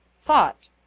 thought